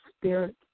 spirit